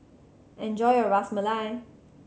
enjoy your Ras Malai